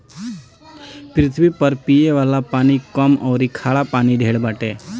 पृथ्वी पर पिये वाला पानी कम अउरी खारा पानी ढेर बाटे